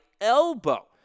elbow